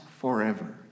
forever